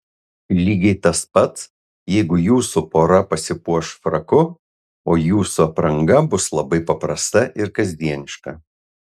lygiai tas pats jeigu jūsų pora pasipuoš fraku o jūsų apranga bus labai paprasta ir kasdieniška